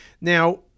Now